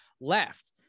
left